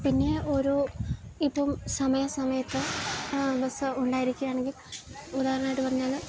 പിന്നെ ഓരോ ഇപ്പം സമയാസമയത്ത് ബസ് ഉണ്ടായിരിക്കുക ആണെങ്കിൽ ഉദാഹരണമായിട്ട് പറഞ്ഞാൽ